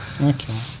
Okay